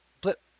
blip